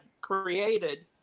created